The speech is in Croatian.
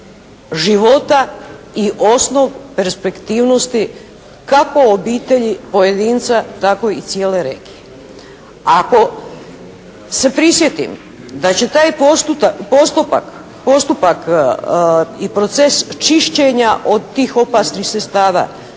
života i osnov perspektivnosti kako obitelji, pojedinca tako i cijele regije. Ako se prisjetim, da će taj postupak i proces čišćenja od tih opasnih sredstava